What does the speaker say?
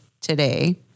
today